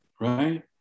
right